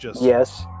Yes